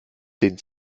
zehn